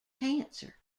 cancer